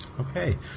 Okay